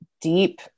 deep